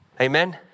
Amen